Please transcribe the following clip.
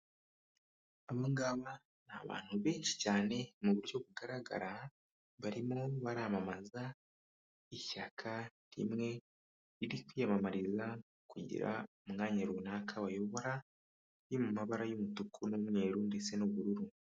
Abangaba ni abantu benshi cyane mu buryo bugaragara, barimo baramamaza ishyaka rimwe riri kwiyamamariza kugira umwanya runaka bayobora, riri mu mabara y'umutuku n'umweru ndetse n'ubururu.